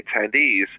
attendees